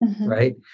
Right